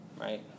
right